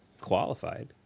qualified